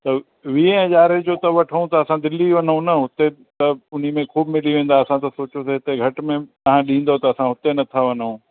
त वीहें हज़ारें जो त वठऊं त असां दिल्ली वञऊं न उते त उन्ही में ख़ूब मिली वेंदा असां त सोचियोसे हिते घट में तव्हां ॾींदव त असां उते नथा वञऊं